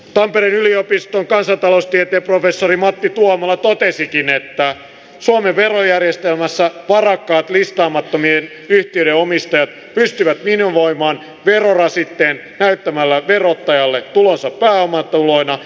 tampereen yliopiston kansantaloustieteen professori matti tuomala totesikin että suomen verojärjestelmässä varakkaat listaamattomien yhtiöiden omistajat pystyvät minimoimaan verorasitteen näyttämällä verottajalle tulonsa pääomatuloina